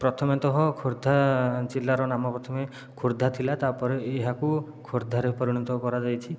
ପ୍ରଥମେତଃ ଖୋର୍ଦ୍ଧା ଜିଲ୍ଲାର ନାମ ପ୍ରଥମେ ଖୋର୍ଦ୍ଧା ଥିଲା ତା'ପରେ ଏହାକୁ ଖୋର୍ଦ୍ଧାରେ ପରିଣତ କରାଯାଇଛି